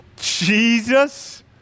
Jesus